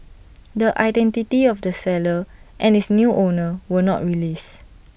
the identity of the seller and its new owner were not released